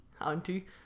auntie